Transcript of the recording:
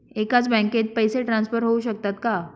एकाच बँकेत पैसे ट्रान्सफर होऊ शकतात का?